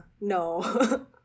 No